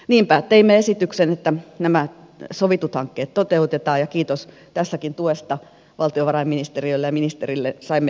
niinpä teimme esityksen että nämä sovitut hankkeet toteutetaan ja kiitos tästäkin tuesta valtiovarainministeriölle ja ministerille